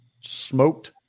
smoked